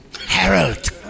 Harold